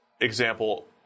example